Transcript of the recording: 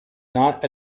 not